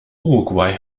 uruguay